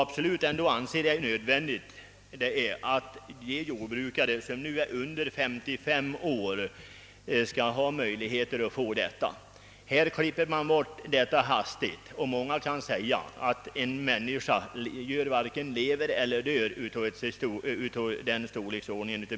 Vad jag anser vara nödvändigt är emellertid att de jordbrukare som nu är under 55 år under en övergångstid skall ha möjlighet att få detta bidrag. Här klipper man bort detta alltför hastigt. Många kanske säger att en människa varken lever eller dör av ett bidrag av denna storleksordning.